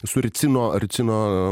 su ricino ricino